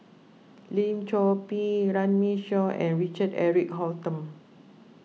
Lim Chor Pee Runme Shaw and Richard Eric Holttum